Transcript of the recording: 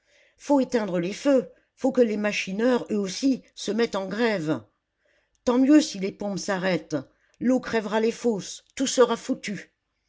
faut éteindre les feux faut que les machineurs eux aussi se mettent en grève tant mieux si les pompes s'arrêtent l'eau crèvera les fosses tout sera foutu